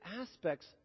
aspects